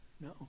No